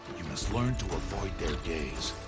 you must learn to avoid their gaze.